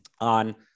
on